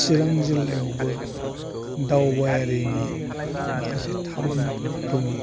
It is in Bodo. चिरां जिल्लायावबो दावबायारिनि माखासे थावनिफोर दङ